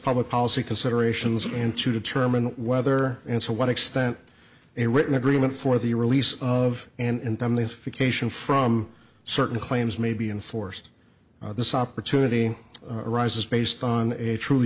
public policy considerations and to determine whether and to what extent a written agreement for the release of and family's vacation from certain claims may be inforced this opportunity arises based on a truly